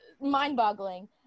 Mind-boggling